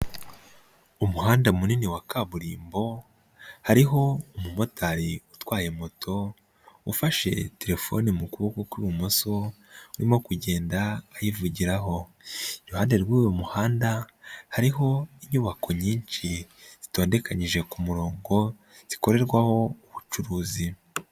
Umuhanda munini wa kaburimbo, hariho umumotari utwaye moto, ufashe telefone mu kuboko kw'ibumoso, arimo kugenda ayivugiraho, iruhande rw'uyu muhanda hariho inyubako nyinshi zitondekanyije ku murongo, zikorerwaho ubucuruzi.